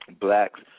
blacks